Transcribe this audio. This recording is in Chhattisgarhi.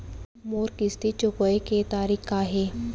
मोर किस्ती चुकोय के तारीक का हे?